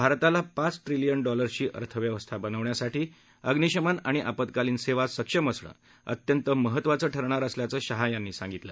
भारताला पाच ट्रिलिअनडॉलर्सची अर्थव्यवस्था बनवण्यासाठी अम्निशमन आणि आपत्कालीन सेवा सक्षम असणं अत्यंतमहत्वाचं ठरणार असल्याचं शाह म्हणाले